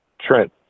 Trent